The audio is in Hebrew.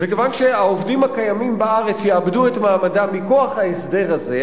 וכיוון שהעובדים הקיימים בארץ יאבדו את מעמדם מכוח ההסדר הזה,